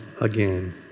again